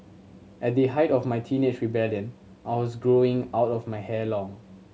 at the height of my teenage rebellion I was growing out of my hair long